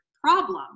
problem